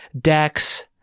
Dax